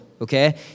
okay